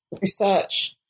Research